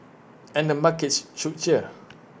and the markets should cheer